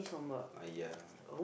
aiyah